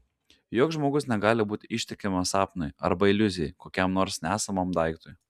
joks žmogus negali būti ištikimas sapnui arba iliuzijai kokiam nors nesamam daiktui